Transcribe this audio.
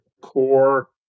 core